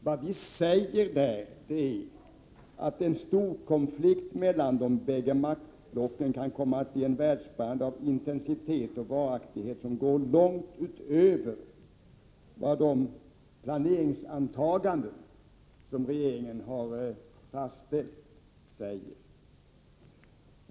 Vad vi säger där är att en storkonflikt mellan de bägge maktblocken kan komma att bli en världsbrand av en intensitet och varaktighet som går långt utöver vad som sägs i de planeringsantaganden som regeringen har fastställt.